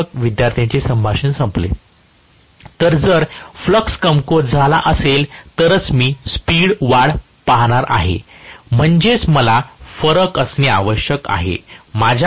प्राध्यापक विद्यार्थ्यांचे संभाषण संपले तर जर फ्लक्स कमकुवत झाला असेल तरच मी स्पीड वाढ पाहणार आहे म्हणजेच मला फरक असणे आवश्यक आहे